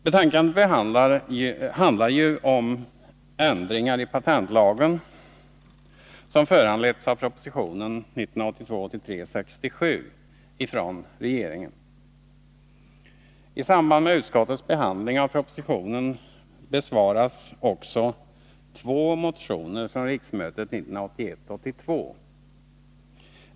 Betänkandet handlar ju om ändringar i patentlagen som föranletts av regeringens proposition 1982 82.